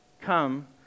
Come